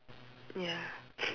ya